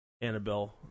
Annabelle